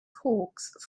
hawks